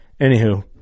anywho